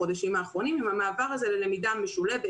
החודשים האחרונים עם המעבר ללמידה משולבת,